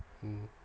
mm